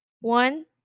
one